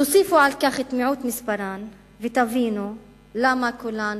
תוסיפו על כך את מיעוט מספרן ותבינו למה קולן